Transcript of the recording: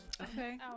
Okay